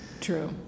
True